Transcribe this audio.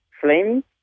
flame